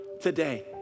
today